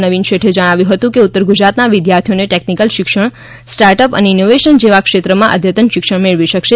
નવીન શેઠે જણાવ્યું હતું કે ઉત્તર ગુજરાતના વિદ્યાર્થીઓને ટેક્નિકલ શિક્ષણ સ્ટાર્ટઅપ અને ઈનોવેશન જેવા ક્ષેત્રમાં અદ્યતન શિક્ષણ મેળવી શકશે